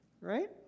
Right